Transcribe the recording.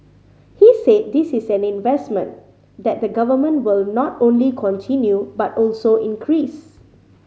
he said this is an investment that the Government will not only continue but also increase